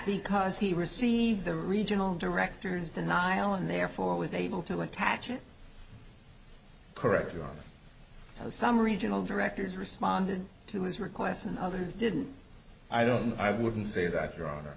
because he received the regional directors denial and therefore was able to attach it correctly so some regional directors responded to his requests and others didn't i don't i wouldn't say that your hon